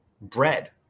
bread